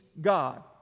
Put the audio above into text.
God